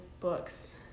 Books